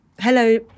hello